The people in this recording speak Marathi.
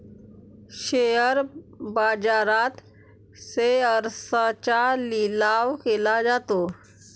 शेअर बाजारात शेअर्सचा लिलाव केला जातो